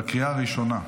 בקריאה הראשונה.